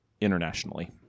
internationally